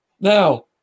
Now